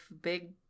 big